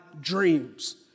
dreams